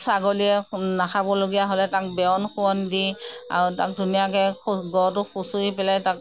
ছাগলীয়ে নাখাবলগীয়া হ'লে তাক বেৰন কোৰণ দি আৰু তাক ধুনীয়াকৈ গঢ়টো খুচৰি পেলাই তাক